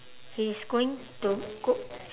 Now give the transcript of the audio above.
he's going to go